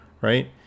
right